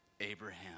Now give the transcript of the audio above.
Abraham